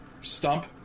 stump